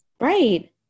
right